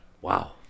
Wow